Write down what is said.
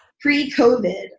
pre-COVID